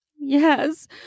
Yes